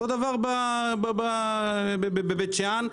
אותו הדבר בבית שאן,